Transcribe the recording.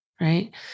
right